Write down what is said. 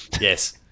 yes